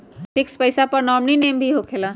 Fix पईसा पर nominee name भी होकेला?